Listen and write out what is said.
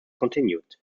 continued